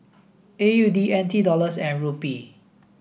A U D N T Dollars and Rupee